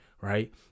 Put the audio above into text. Right